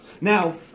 Now